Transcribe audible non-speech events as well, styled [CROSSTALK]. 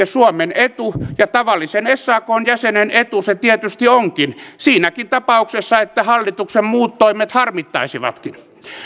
[UNINTELLIGIBLE] suomen etu ja tavallisen sakn jäsenen etu se tietysti onkin siinäkin tapauksessa että hallituksen muut toimet harmittaisivatkin